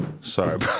sorry